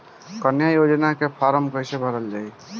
कन्या योजना के फारम् कैसे भरल जाई?